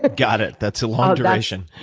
ah got it. that's a long duration.